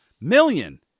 million